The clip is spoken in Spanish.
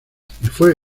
fue